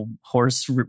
horse